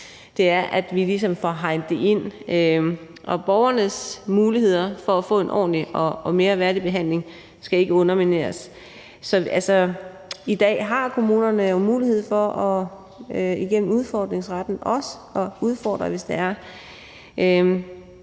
de her, at vi ligesom får det hegnet ind, for borgernes muligheder for at få en ordentlig og mere værdig behandling skal ikke undermineres; i dag har kommunerne jo igennem udfordringsretten